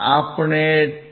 આપણે 2